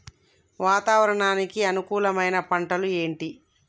వాతావరణానికి అనుకూలమైన పంటలు ఏంటి?